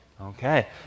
Okay